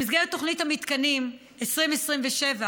במסגרת תוכנית המתקנים 2027,